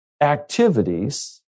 activities